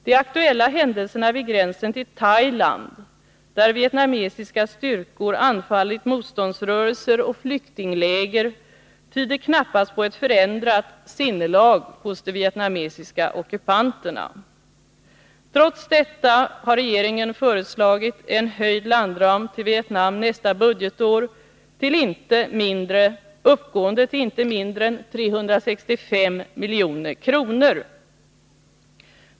De aktuella händelserna vid gränsen till Thailand, där vietnamesiska styrkor anfallit motståndsrörelser och flyktingläger, tyder knappast på ett förändrat sinnelag hos de vietnamesiska ockupanterna. Trots detta har regeringen föreslagit en höjd landram till Vietnam nästa budgetår, uppgående till inte mindre än 365 milj.kr.